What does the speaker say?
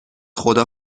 خدا